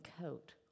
coat